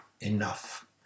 enough